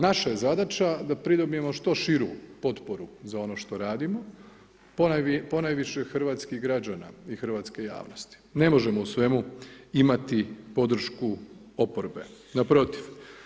Naša je zadaća da pridobijemo što širu potporu za ono što radimo, ponajviše hrvatskih građana i hrvatske javnosti, ne možemo u svemu imati podršku oporbe, naprotiv.